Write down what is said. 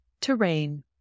Terrain